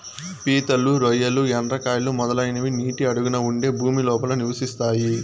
పీతలు, రొయ్యలు, ఎండ్రకాయలు, మొదలైనవి నీటి అడుగున ఉండే భూమి లోపల నివసిస్తాయి